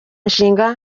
nshinga